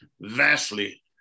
vastly